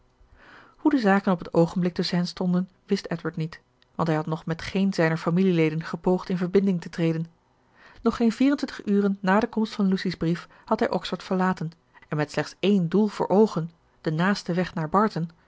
hoe de zaken op het oogenblik tusschen hen stonden wist edward niet want hij had nog met geen zijner familieleden gepoogd in verbinding te treden nog geen vierentwintig uren na de komst van lucy's brief had hij oxford verlaten en met slechts één doel voor oogen de naaste weg naar barton